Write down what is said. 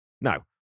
Now